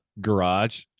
garage